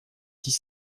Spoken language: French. dix